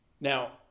Now